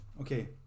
Okay